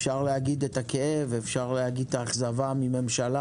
אפשר להגיד את הכאב ואת האכזבה מהממשלה